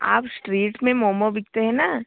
आप इस्ट्रीट में मोमो बिकते है ना